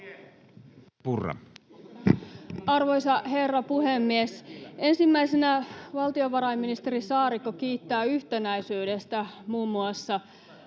Arvoisa herra puhemies! Ensimmäisenä valtiovarainministeri Saarikko kiittää yhtenäisyydestä muun muassa